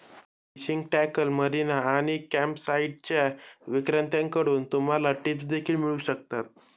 fishing tackle, marina आणि कॅम्पसाइट्सच्या विक्रेत्यांकडून तुम्हाला टिप्स देखील मिळू शकतात